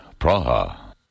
Praha